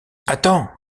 attends